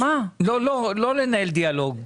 לנהל דיאלוג.